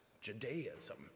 Judaism